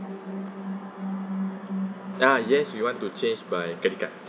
ah yes we want to change by credit card